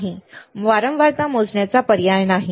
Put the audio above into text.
नाही वारंवारता मोजण्याचा पर्याय नाही